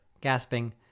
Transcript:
gasping